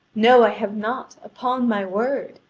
no, i have not, upon my word.